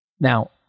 Now